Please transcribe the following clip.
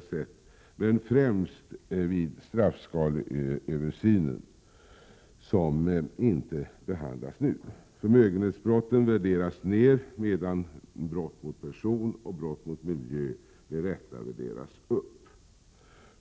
sätt men främst vid straffskaleöversynen, som inte behandlas nu. Förmögenhetsbrotten värderas ned, medan brott mot person och brott mot miljö med rätta värderas upp.